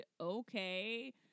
Okay